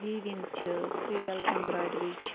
weaving چھِ crewel embroidery چھِ